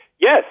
yes